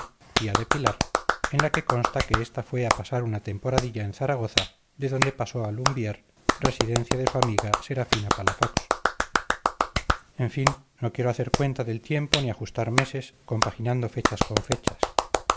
tía de pilar en la que consta que esta fue a pasar una temporadilla en zaragoza de donde pasó a lumbier residencia de su amiga serafina palafox en fin no quiero hacer cuenta del tiempo ni ajustar meses compaginando fechas con fechas